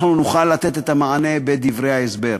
אנחנו נוכל לתת את המענה בדברי ההסבר.